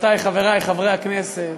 חברותי וחברי חברי הכנסת,